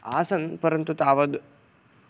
आसन् परन्तु तावद्